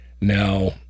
Now